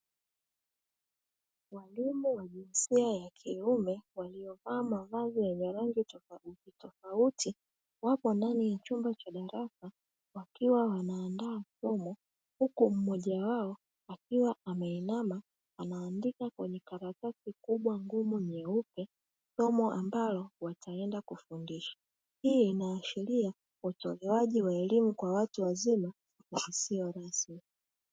Walimu wa jinsia ya kiume, waliovalia mavazi ya rangi tofauti, wako ndani ya chumba cha darasa wakiwa wanaandaa somo, huku mmoja wao akiwa ameinama anaandika kwenye karatasi kubwa ngumu nyeupe somo ambalo wataenda kufundisha. Hii inaashiria utoaji wa elimu kwa watu wazima usio rasmi.